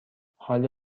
حال